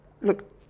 look